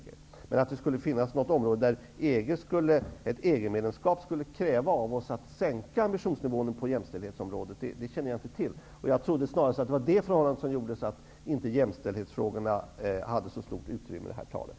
Jag känner inte till att det skulle finnas något område där ett EG medlemskap skulle kräva av oss att vi skulle sänka ambitionsnivån på jämställdhetsområdet. Jag trodde att detta var anledningen till att jämställdhetsfrågorna inte har fått så stort utrymme i det här talet.